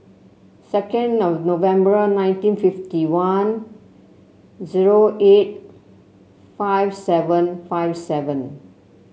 second November nineteen fifty one zero eight five seven five seven